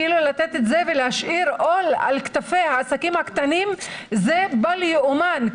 לתת את זה ולהשאיר עול על כתפי העסקים הקטנים זה בל יאומן.